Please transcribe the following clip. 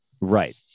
Right